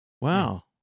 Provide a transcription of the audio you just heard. Wow